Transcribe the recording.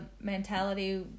mentality